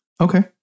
Okay